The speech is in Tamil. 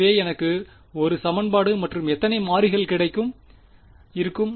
எனவே எனக்கு 1 சமன்பாடு மற்றும் எத்தனை மாறிகள் இருக்கும்